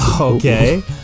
Okay